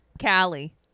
Callie